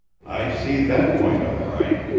i see that point, all right.